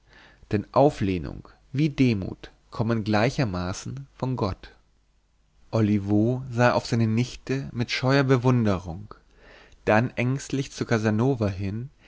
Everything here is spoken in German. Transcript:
denn auflehnung wie demut kommen gleichermaßen von gott olivo sah auf seine nichte mit scheuer bewunderung dann ängstlich zu casanova hin